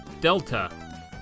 Delta